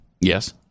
Yes